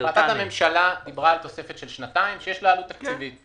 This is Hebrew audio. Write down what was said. החלטת הממשלה דיברה על תוספת של שנתיים שיש לה עלות תקציבית,